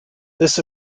this